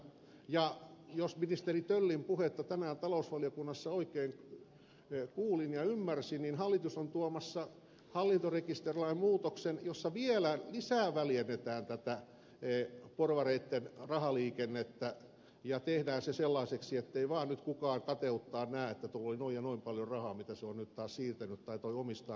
ja jos ministeri töllin puhetta tänään talousvaliokunnassa oikein kuulin ja ymmärsin niin hallitus on tuomassa hallintorekisterilain muutoksen jossa vielä lisää väljennetään tätä porvareitten rahaliikennettä ja tehdään se sellaiseksi ettei vaan nyt kukaan kateuttaan näe että tuolla on noin ja noin paljon rahaa mitä se on nyt taas siirtänyt tai tuo omistaa noin ja noin paljon